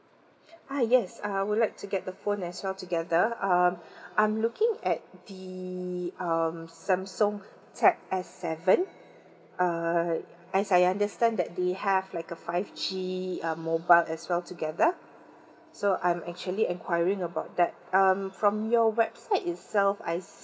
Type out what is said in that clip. ah yes I would like to get the phone as well together um I'm looking at the uh samsung tab S seven uh as I understand that they have like a five G um mobile as well together so I'm actually enquiring about that um from your website itself I